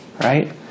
right